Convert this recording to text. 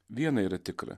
viena yra tikra